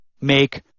make